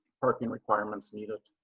parking requirement needed.